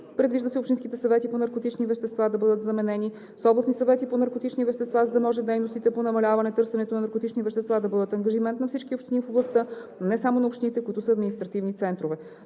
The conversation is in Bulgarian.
Предвижда се общинските съвети по наркотични вещества да бъдат заменени с областни съвети по наркотични вещества, за да може дейностите по намаляване търсенето на наркотични вещества да бъдат ангажимент на всички общини в областта, а не само на общините, които са административни центрове.